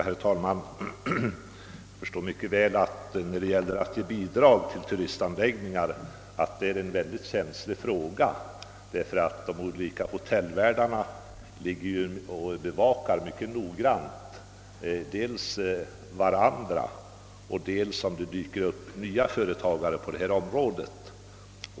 Herr talman! Jag förstår mycket väl att frågan om bidrag till turistanläggningar är väldigt känslig. De olika hotellvärdarna ligger och bevakar mycket noggrant dels varandra och dels de nya företagare som kan dyka upp på området.